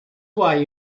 why